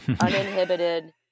uninhibited